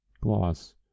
gloss